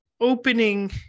opening